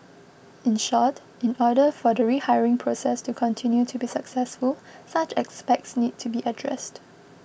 in short in order for the rehiring process to continue to be successful such aspects need to be addressed